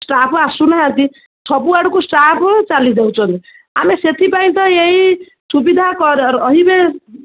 staff ଆସୁ ନାହାଁନ୍ତି ସବୁ ଆଡ଼କୁ ଷ୍ଟାଫ୍ ଚାଲି ଯାଉଛନ୍ତି ଆମେ ସେଥିପାଇଁକା ଏହି ସୁବିଧା କର ରହିବେ